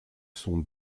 sont